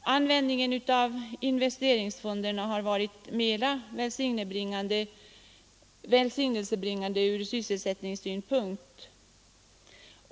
Användningen av investeringsfonderna har varit välsignelsebringande ur sysselsättningssynpunkt.